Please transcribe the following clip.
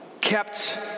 kept